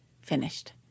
finished